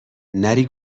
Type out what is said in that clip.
نری